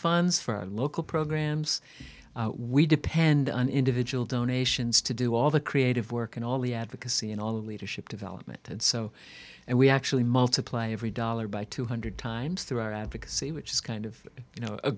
funds for local programs we depend on individual donations to do all the creative work and all the advocacy and all of leadership development and so and we actually multiply every dollar by two hundred dollars times through our advocacy which is kind of you know a